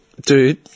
dude